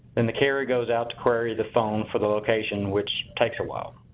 then the carrier goes out to query the phone for the location, which takes a while.